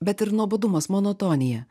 bet ir nuobodumas monotonija